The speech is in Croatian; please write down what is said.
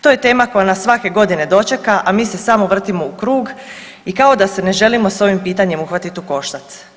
To je tema koja nas svake godine dočeka, a mi se samo vrtimo u krug i kao da se ne želimo s ovim pitanjem uhvatit u koštac.